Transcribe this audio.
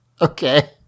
okay